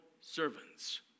servants